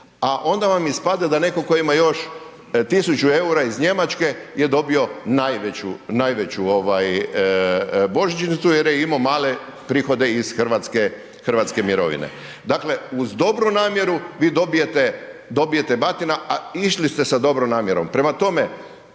a onda vam ispada da netko tko ima još tisuću eura iz Njemačku je dobio najveću božićnicu jer je imao male prihode iz hrvatske mirovine. Dakle, uz dobru namjeru vi dobijete batina, a išli ste sa dobrom namjerom. Prema tome,